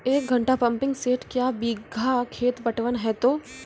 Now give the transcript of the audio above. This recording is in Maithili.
एक घंटा पंपिंग सेट क्या बीघा खेत पटवन है तो?